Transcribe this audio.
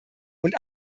und